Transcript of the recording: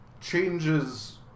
changes